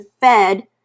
fed